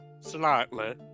Slightly